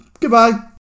goodbye